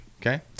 Okay